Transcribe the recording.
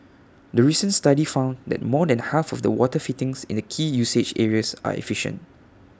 the recent study found that more than half of the water fittings in the key usage areas are efficient